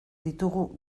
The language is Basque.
ditugu